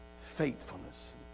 faithfulness